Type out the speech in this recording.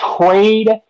trade